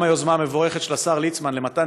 גם היוזמה המבורכת של השר ליצמן למתן